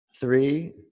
three